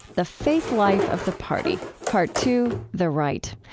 the faith life of the party, part two the right.